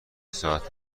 ساعت